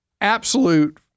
absolute